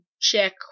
check